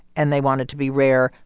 and they want it to be rare,